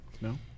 no